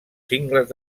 cingles